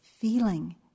feeling